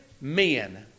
men